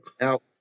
Now